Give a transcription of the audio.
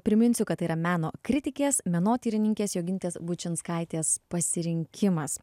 priminsiu kad tai yra meno kritikės menotyrininkės jogintės bučinskaitės pasirinkimas